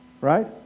right